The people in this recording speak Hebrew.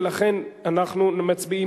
ולכן אנחנו מצביעים.